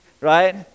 right